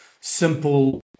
simple